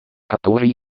которые